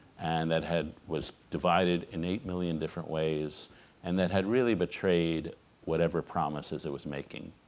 and that had was divided in eight million different ways and that had really betrayed whatever promises it was making